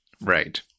Right